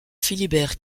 philibert